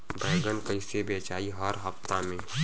बैगन कईसे बेचाई हर हफ्ता में?